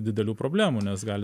didelių problemų nes gali